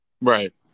right